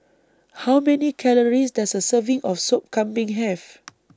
How Many Calories Does A Serving of Sop Kambing Have